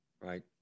Right